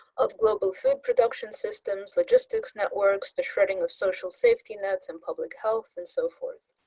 of global food production systems, logistics networks, the shredding of social safety nets in public health and so forth.